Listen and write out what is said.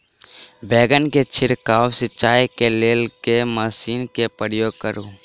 बैंगन केँ छिड़काव सिचाई केँ लेल केँ मशीन केँ प्रयोग करू?